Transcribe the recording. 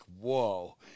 whoa